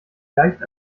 leicht